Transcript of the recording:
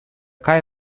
kaj